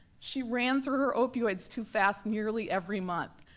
she ran through her opioids too fast nearly every month.